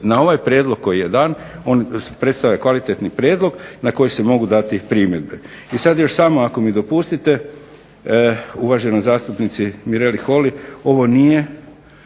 na ovaj prijedlog koji je dan, on predstavlja kvalitetni prijedlog na koji se mogu dati primjedbe. I sad još samo, ako mi dopustite, uvaženoj zastupnici Mireli Holy, ovo nije